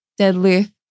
deadlift